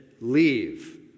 leave